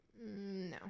No